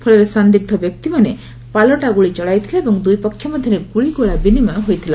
ଫଳରେ ସନ୍ଦିଗ୍ର ବ୍ୟକ୍ତିମାନେ ପାଲଟା ଗୁଳି ଚଳାଇଥିଲେ ଏବଂ ଦୁଇ ପକ୍ଷ ମଧ୍ୟରେ ଗୁଳିଗୋଳା ବିନିମୟ ହୋଇଥିଲା